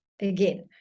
again